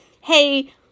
Hey